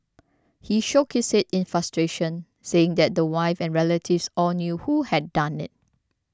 he shook his head in frustration saying that the wife and relatives all knew who had done it